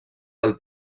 del